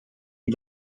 had